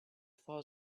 for